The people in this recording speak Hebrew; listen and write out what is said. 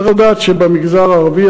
צריך לדעת שבמגזר הערבי,